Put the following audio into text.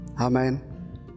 Amen